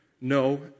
No